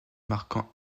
marquant